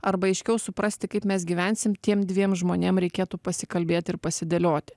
arba aiškiau suprasti kaip mes gyvensim tiem dviem žmonėm reikėtų pasikalbėt ir pasidėlioti